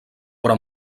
però